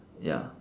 ya